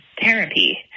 therapy